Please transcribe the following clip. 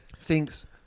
thinks